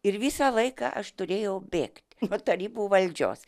ir visą laiką aš turėjau bėgt nuo tarybų valdžios